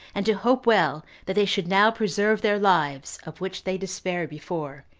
and to hope well that they should now preserve their lives, of which they despaired before,